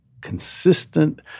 consistent